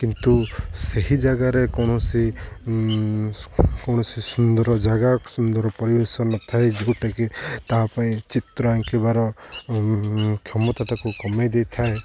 କିନ୍ତୁ ସେହି ଜାଗାରେ କୌଣସି କୌଣସି ସୁନ୍ଦର ଜାଗା ସୁନ୍ଦର ପରିବେଶ ନଥାଏ ଯେଉଁଟାକି ତା ପାଇଁ ଚିତ୍ର ଆଙ୍କିବାର କ୍ଷମତା ତାକୁ କମାଇ ଦେଇଥାଏ